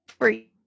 free